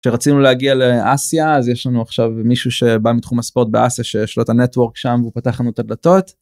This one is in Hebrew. כשרצינו להגיע לאסיה, אז יש לנו עכשיו מישהו שבא מתחום הספורט באסיה שיש לו את הנטוורק שם, הוא פתח לנו את הדלתות...